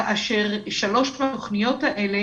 כאשר שלוש תוכניות אלה